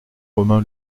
romain